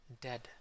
dead